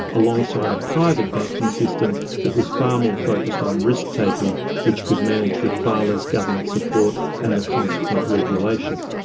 alongside a private banking system that was far more focused on risk taking which could manage with far less government support and the consequent regulation.